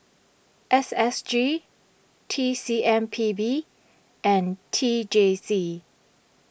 S S G T C M P B and T J C